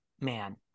man